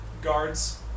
guards